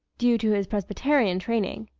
due to his presbyterian training.